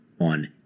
on